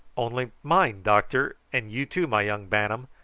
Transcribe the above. only mind, doctor, and you too, my young bantam,